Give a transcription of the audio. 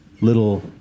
little